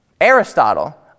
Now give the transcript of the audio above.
Aristotle